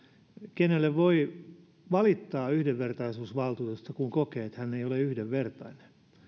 kenelle voi valittaa yhdenvertaisuusvaltuutetusta kun kokee että hän ei ole yhdenvertainen